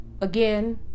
Again